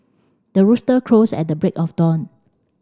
the rooster crows at the break of dawn